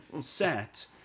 set